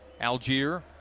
Algier